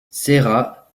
serra